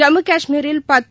ஜம்மு கஷ்மீரில் பத்து